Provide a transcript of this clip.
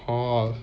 or